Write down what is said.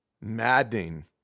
maddening